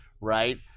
right